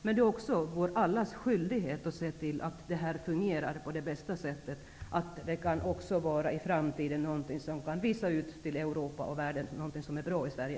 Men det är också allas vår skyldighet att se till att det här fungerar på det bästa sättet. Det kan i framtiden också visa Europa och världen någonting som är bra i Sverige.